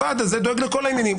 הוועד הזה דואג לכל העניינים.